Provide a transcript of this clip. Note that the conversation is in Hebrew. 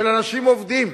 של אנשים עובדים,